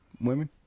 women